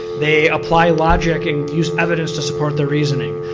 they apply logic and use evidence to support their reasoning.